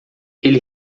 ele